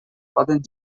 poden